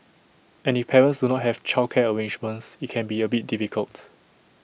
and if parents do not have childcare arrangements IT can be A bit difficult